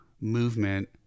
movement